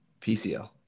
PCL